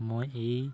মই এই